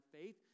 faith